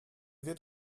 wird